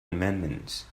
amendments